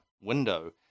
window